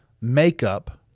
makeup